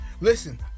Listen